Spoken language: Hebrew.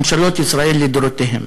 ממשלות ישראל לדורותיהן,